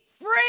free